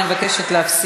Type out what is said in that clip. מי,